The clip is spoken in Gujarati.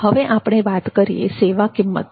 હવે આપણે વાત કરીએ સેવા કિંમતની